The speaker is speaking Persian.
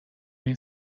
این